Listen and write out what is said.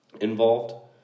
involved